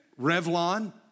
Revlon